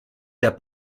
der